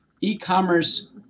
e-commerce